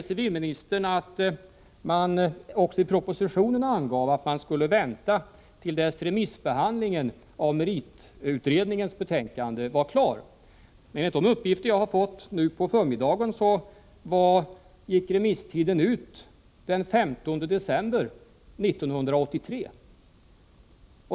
Civilministern säger i svaret att det också i propositionen angavs att man skulle avvakta remissbehandlingen av meritutredningens betänkande. Men enligt uppgifter som jag har fått i dag på förmiddagen gick remisstiden ut den 15 december 1983.